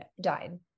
died